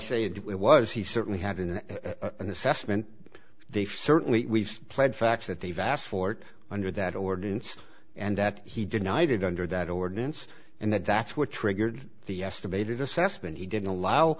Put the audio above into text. say it was he certainly had an assessment they certainly we've played facts that they've asked for under that ordinance and that he denied it under that ordinance and that's what triggered the estimated assessment he didn't allow